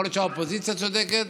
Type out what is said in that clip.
יכול להיות שהאופוזיציה צודקת,